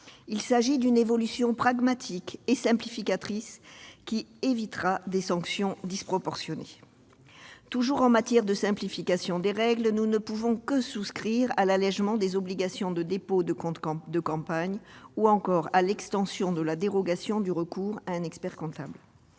Il s'agit d'une évolution pragmatique et simplificatrice qui évitera des sanctions disproportionnées. Toujours en matière de simplification des règles, nous ne pouvons que souscrire à l'allégement des obligations de dépôt de compte de campagne, ou encore à l'extension de la dérogation du recours à un expert-comptable.